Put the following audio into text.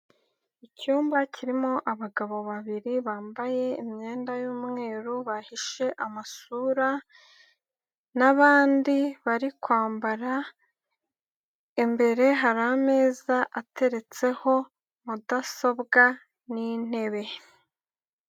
Icyumba kirimo abagabo babiri bambaye imyenda y'umweru bahishe amasura n'abandi bari kwambara, imbere hari ameza ateretseho mudasobwa n'intebe.